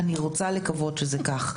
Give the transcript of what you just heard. אני רוצה לקות שזה כך.